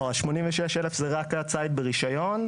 לא, ה-86,000 זה רק ציד ברישיון.